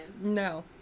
No